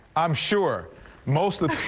i'm sure most